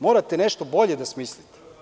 Morate nešto bolje da smislite.